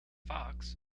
fox